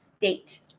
date